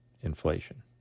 inflation